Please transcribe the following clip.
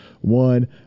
One